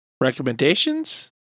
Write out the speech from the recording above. recommendations